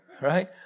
Right